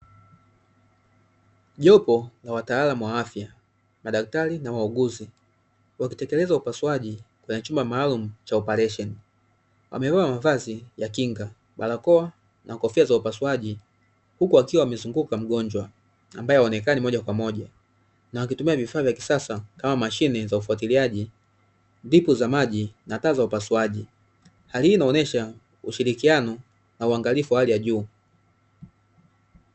Jopo la wataalamu wa afya na daktari na wauguzi, wakitekeleza upasuaji kwenye chumba maalumu cha oparesheni, wamevaa mavazi ya kinga, barakoa na kofia za upasuaji, huku wakiwa wamemzunguka mgonjwa ambaye haonekani moja kwa moja na wakitumia vifaa vya kisasa, kama mashine za ufuatiliaji, dripu za maji na taa za upasuaji. Hali hii inaonyesha ushirikiano na uangalifu wa hali ya juu.